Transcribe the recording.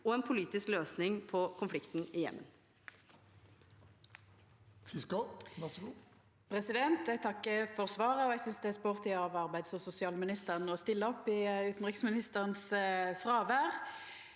og en politisk løsning på konflikten i Jemen.